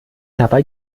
dabei